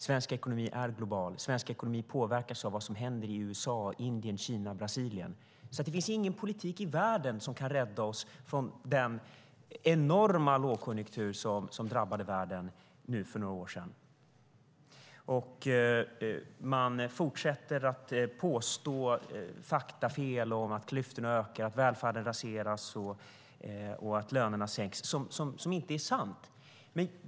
Svensk ekonomi är global, och svensk ekonomi påverkas av vad som händer i USA, Indien, Kina och Brasilien. Det finns ingen politik i världen som kan rädda oss från den enorma lågkonjunktur som drabbade världen för några år sedan. Man fortsätter med påståenden med faktafel om att klyftorna ökar, att välfärden raseras och att lönerna sänks. Detta är inte sant.